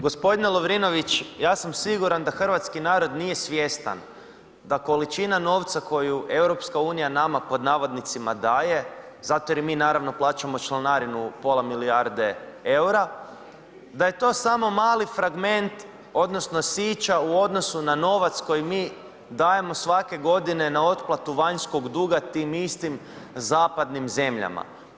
g. Lovrinović, ja sam siguran da hrvatski narod nije svjestan da količina novca koju EU nama pod navodnicima daje, zato jer mi naravno plaćamo članarinu pola milijarde EUR-a, da je to samo mali fragment odnosno sića u odnosu na novac koji mi dajemo svake godine na otplatu vanjskog duga tim istim zapadnim zemljama.